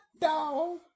dog